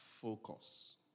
focus